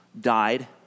died